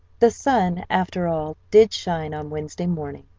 the sun, after all, did shine on wednesday morning,